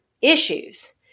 issues